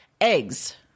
eggs